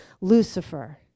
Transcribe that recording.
Lucifer